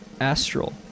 Astral